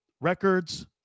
records